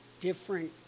different